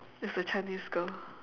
it's a chinese girl